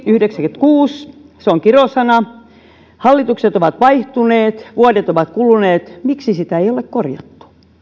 indeksi tuli yhdeksänkymmentäkuusi se on kirosana hallitukset ovat vaihtuneet vuodet ovat kuluneet miksi sitä ei ole korjattu